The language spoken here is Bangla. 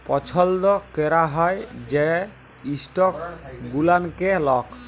পছল্দ ক্যরা হ্যয় যে ইস্টক গুলানকে লক